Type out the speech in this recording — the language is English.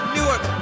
Newark